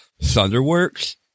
Thunderworks